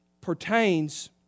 pertains